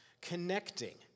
connecting